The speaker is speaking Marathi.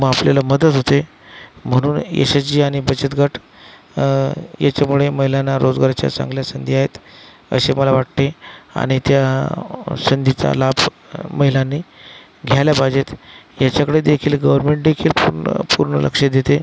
म आपल्याला मदत होते म्हणून एस एच जी आणि बचतगट याच्यामुळे महिलांना रोजगाराच्या चांगल्या संधी आहेत असे मला वाटते आणि त्या संधीचा लाभ महिलांनी घ्यायला पाहिजेत याच्याकडे देखील गव्हर्मेंट देखील पून्न पूर्ण लक्ष देते